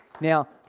Now